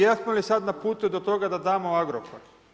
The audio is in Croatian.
Jesmo li sad na putu do toga da damo Agrokor?